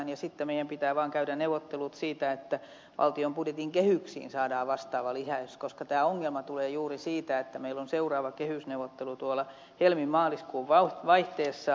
sitten meidän pitää vaan käydä neuvottelut siitä että valtion budjetin kehyksiin saadaan vastaava lisäys koska tämä ongelma tulee juuri siitä että meillä on seuraava kehysneuvottelu tuolla helmi maaliskuun vaihteessa